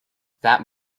that